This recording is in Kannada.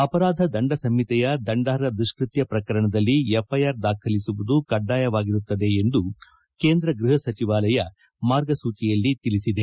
ಅಪರಾಧ ದಂಡ ಸಂಒತೆಯ ದಂಡಾರ್ಹ ದುಷ್ಟಕ್ಕ ಪ್ರಕರಣದಲ್ಲಿ ಎಫ್ಐಆರ್ ದಾಖಲಿಸುವುದು ಕಡ್ಡಾಯವಾಗಿರುತ್ತದೆ ಎಂದು ಕೇಂದ್ರ ಗೃಹ ಸಚಿವಾಲಯ ಮಾರ್ಗಸೂಚಿಯಲ್ಲಿ ತಿಳಿಸಿದೆ